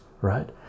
right